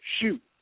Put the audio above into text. shoot